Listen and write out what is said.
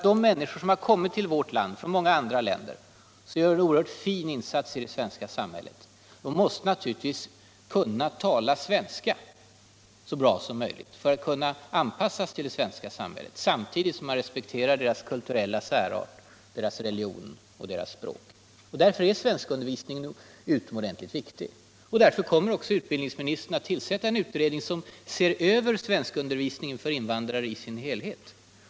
De människor som har kommit till vårt land från många andra länder och här gör en oerhört fin insats måste naturligtvis få chansen att kunna tala svenska så bra som möjligt för att anpassas till det svenska samhället, samtidigt som man respekterar deras kulturella särart, deras religion och deras språk. Därför är svenskundervisningen utomordentligt viktig. Därför kommer också utbildningsministern att tillsätta en utredning som ser över svenskundervisningen för invandrare i dess helhet.